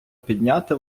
підняти